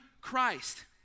Christ